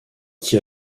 qui